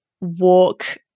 walk